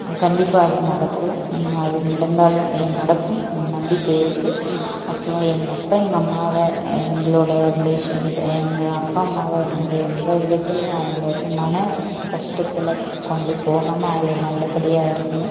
கண்டிப்பாக அது நடக்கும் அது நடந்தாலும் நடக்கும் நம்பிக்கை இருக்கு அப்புறம் எங்கப்பா எங்கள் அம்மாவை எங்களோட ரிலேஷன்ஸ் எங்கள் அப்பா அம்மாவை வந்து எந்த விதத்துலேயும் அவங்கள வந்து மன கஷ்டத்தில் கொண்டு போகாமல் அவங்கள நல்ல படியாக இருக்கணும்